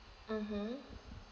mmhmm